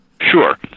sure